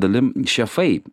dalim šefai